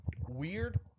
weird